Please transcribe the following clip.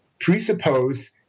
presuppose